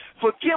Forgive